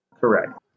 Correct